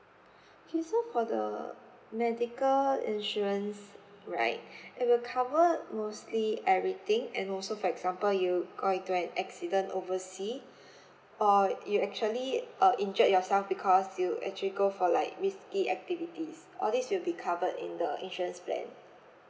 okay so for the medical insurance right it will cover mostly everything and also for example you got into an accident oversea uh you actually uh injured yourself because you actually go for like risky activities all this will be covered in the insurance plan